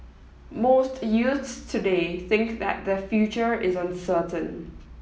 most youths today think that their future is uncertain